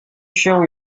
się